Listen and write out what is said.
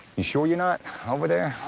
you sure you're not over there?